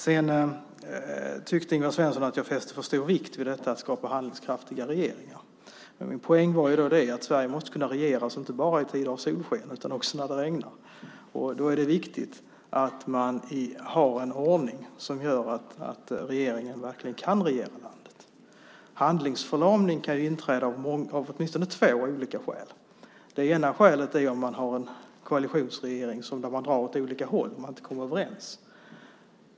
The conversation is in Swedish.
Ingvar Svensson tyckte att jag fäste för stor vikt vid detta att skapa handlingskraftiga regeringar. Men min poäng var att Sverige måste kunna regeras inte bara i tider av solsken utan också när det regnar. Då är det viktigt att man har en ordning som gör att regeringen verkligen kan regera landet. Handlingsförlamning kan inträda av åtminstone två olika skäl. Det ena skälet är om man har en koalitionsregering där man drar åt olika håll och inte kommer överens.